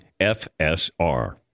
FSR